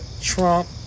Trump